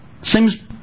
seems